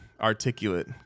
articulate